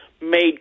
made